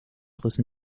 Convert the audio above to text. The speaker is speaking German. rissen